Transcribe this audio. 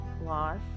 loss